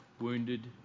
wounded